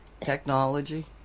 Technology